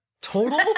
Total